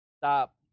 Stop